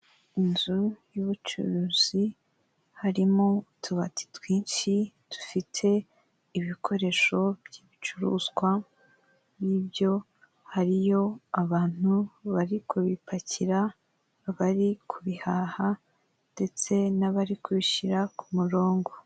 Inzu y'ubucuruzi harimo utubati twinshi dufite ibikoresho by'ibicuruzwa, n'ibyo hariyo abantu bari kubipakira bari kubihaha ndetse n'abari kubishyira ku murongo.